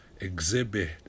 Exhibit